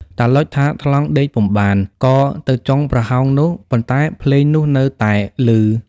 តាឡុចថាថ្លង់ដេកពុំបាន ក៏ទៅចុងប្រហោងនោះ ប៉ុន្តែភ្លេងនោះនៅតែឮ។